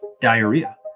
diarrhea